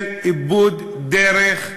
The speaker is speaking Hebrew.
של איבוד דרך,